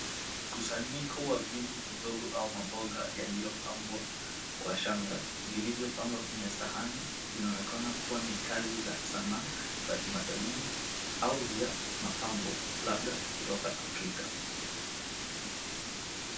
Ni mkusanyiko wa vyungu vidogo au maboga yaliyopambwa kwa shanga, vilivyopangwa kwenye sahani. Inaonekana kuwa ni kazi za sanaa za kitamaduni au vya mapambo, labda kutoka Afrika.